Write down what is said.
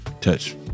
touch